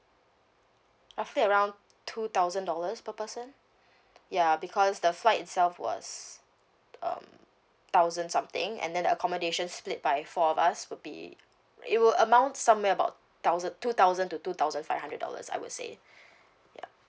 roughly around two thousand dollars per person ya because the flight itself was um thousand something and then the accommodation split by four of us would be it will amount somewhere about thousand two thousand to two thousand five hundred dollars I would say yup